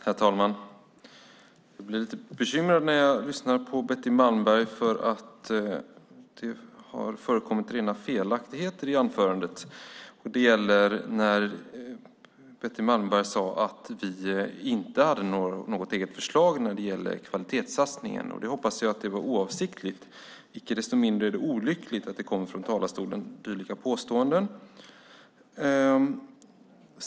Herr talman! Jag blir lite bekymrad när jag lyssnar på Betty Malmberg, för det förekom rena felaktigheter i anförandet. Betty Malmberg sade att vi inte har något eget förslag när det gäller kvalitetssatsningen. Jag hoppas att det var oavsiktligt. Icke desto mindre är det olyckligt att det kommer dylika påståenden från talarstolen.